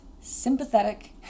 sympathetic